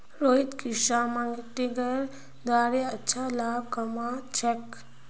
रोहित कृषि मार्केटिंगेर द्वारे अच्छा लाभ कमा छेक